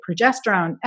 progesterone